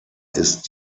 ist